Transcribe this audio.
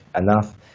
enough